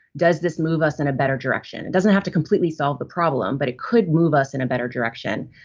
does this move us in a better direction? it doesn't have to completely solve the problem, but it could move us in a better direction.